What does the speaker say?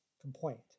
complaint